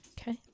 Okay